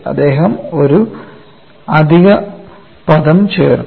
അദ്ദേഹം ഒരു അധിക പദം ചേർത്തു